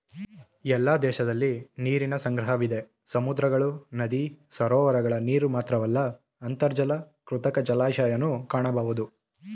ಎಲ್ಲ ದೇಶದಲಿ ನೀರಿನ ಸಂಗ್ರಹವಿದೆ ಸಮುದ್ರಗಳು ನದಿ ಸರೋವರಗಳ ನೀರುಮಾತ್ರವಲ್ಲ ಅಂತರ್ಜಲ ಕೃತಕ ಜಲಾಶಯನೂ ಕಾಣಬೋದು